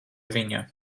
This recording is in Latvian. viņa